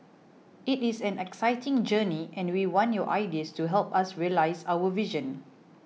it is an exciting journey and we want your ideas to help us realise our vision